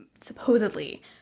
supposedly